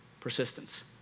Persistence